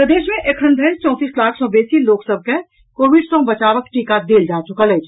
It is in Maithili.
प्रदेश मे एखन धरि चौतीस लाख सँ बेसी लोक सभ के कोविड सँ बचावक टीका देल जा चुकल अछि